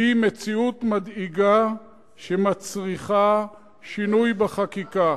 היא מציאות מדאיגה שמצריכה שינוי בחקיקה.